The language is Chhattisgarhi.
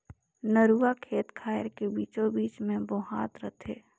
नरूवा खेत खायर के बीचों बीच मे बोहात रथे